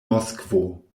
moskvo